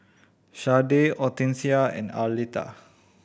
Sharday Hortencia and Arletta